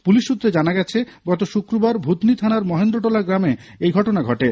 police সূত্রে জানা গেছে গত শুক্রবার ভুতনি থানার মহেন্দ্রটোলা গ্রামে এই ঘটনা ঘটে